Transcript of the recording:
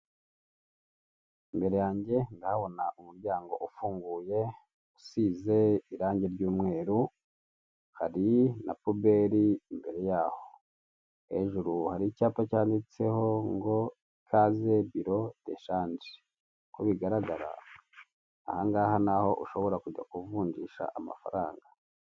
Imbere yange ndahabona umuryango ufunguye usize irange ry'umweru, hari na pubere imbere yaho, hejuru hari icyapa cyanditseho ngo Ikaze biro do shange uko bigaragara ahangaha ni aho ushobora kujya kuvunjisha amafaranga.